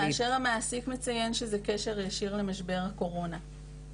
כאשר המעסיק מציין שזה קשר ישיר למשבר הקורונה,